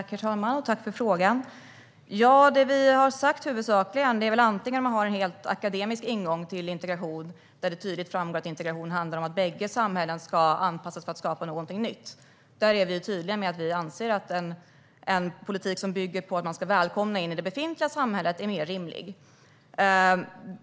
Herr talman! Tack, Christian Holm Barenfeld, för frågan! Man kan ha en rent akademisk ingång till frågan, där integration handlar om att bägge samhällena ska anpassas för att skapa något nytt. Där är vi tydliga med att vi anser att en politik som bygger på att man ska välkomna in i det befintliga samhället är mer rimlig.